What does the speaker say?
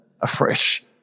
afresh